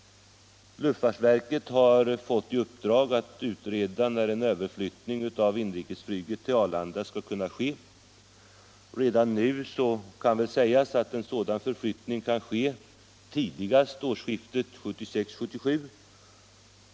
Luftfartsverket har fått i uppdrag att utreda när en överflyttning av inrikesflyget till Arlanda skall kunna ske. Redan nu kan dock sägas att en sådan flyttning kan ske tidigast årsskiftet 1976/1977.